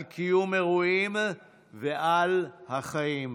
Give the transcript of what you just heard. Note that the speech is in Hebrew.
על קיום אירועים ועל החיים בה.